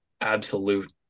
absolute